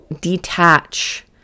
detach